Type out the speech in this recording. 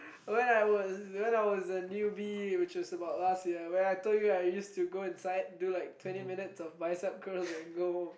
when I was when I was a newbie which is about last year when I told you right I used to go inside do like twenty minutes of biceps and go